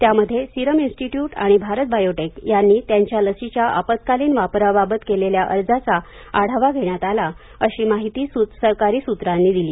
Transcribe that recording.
त्यामध्ये Serum Institute आणि Bharat Biotech यांनी त्यांच्या लशींच्या आपत्कालीन वापराबाबत केलेल्या अर्जांचा आढावा घेण्यात आला अशी माहिती सरकारी सूत्रांनी दिली